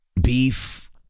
beef